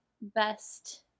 best